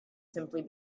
simply